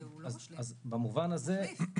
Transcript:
הוא לא משלים, הוא עדיף.